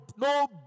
No